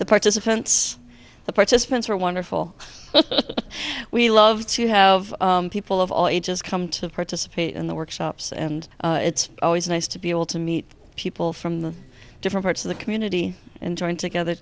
the participants the participants were wonderful we i love to have people of all ages come to participate in the workshops and it's always nice to be able to meet people from different parts of the community and join together